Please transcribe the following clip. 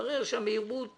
מתברר שהמהירות